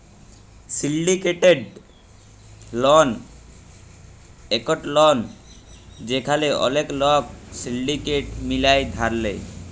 syndicated loan একট loan যেখালে ওলেক লক সিলডিকেট মিলায় ধার লেয়